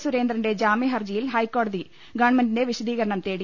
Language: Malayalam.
സുരേന്ദ്രന്റെ ജാമ്യ ഹർജിയിൽ ഹൈക്കോടതി ഗവൺമെന്റിന്റെ വിശദീകരണം തേടി